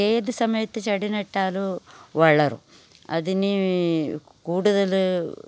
ഏത് സമയത്ത് ചെടി നട്ടാലും വളരും അതിന് കൂടുതൽ